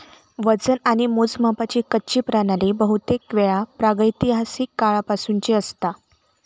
वजन आणि मोजमापाची कच्ची प्रणाली बहुतेकवेळा प्रागैतिहासिक काळापासूनची असता